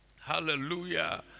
hallelujah